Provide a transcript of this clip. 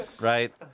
right